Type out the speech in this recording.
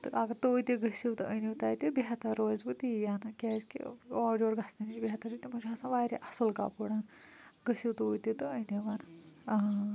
تہٕ اگر تُہۍ تہِ گٔژھِو تہٕ أنِو تَتہِ بہتر روزِوٕ تی کیٛازِکہِ اورٕ یوو گژھنہٕ نِش بہترچھِ تِمَن چھِ آسان واریاہ اَصٕل کَپُرن گٔژھِو تُہۍ تہِ تہٕ أنِوَن آں